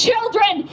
Children